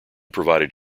provided